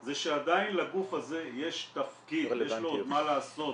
זה שעדיין לגוף הזה יש תפקיד, יש לו עוד מה לעשות,